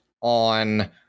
on